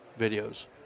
videos